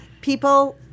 people